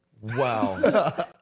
Wow